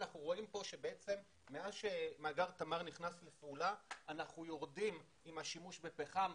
אנחנו רואים שמאז שמאגר תמר נכנס לפעולה הייתה ירידה בשימוש בפחם.